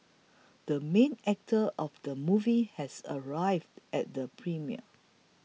the main actor of the movie has arrived at the premiere